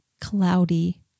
cloudy